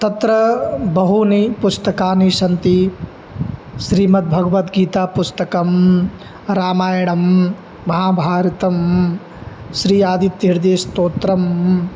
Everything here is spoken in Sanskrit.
तत्र बहूनि पुस्तकानि सन्ति श्रीमद्भगवद्गीतापुस्तकं रामायणं महाभारतं श्री आदित्यहृदयस्तोत्रम्